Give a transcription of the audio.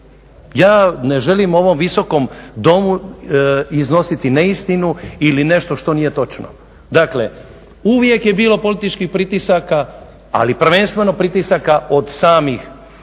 Ja ne želim u ovom Visokom domu iznositi neistinu ili nešto što nije točno. dakle uvijek je bilo političkih pritisaka, ali prvenstveno pritisaka od samih